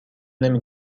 نمی